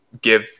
give